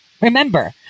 Remember